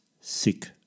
sick